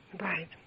Right